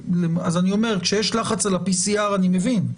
אז אני אומר שכשיש לחץ על ה-PCR, אני מבין.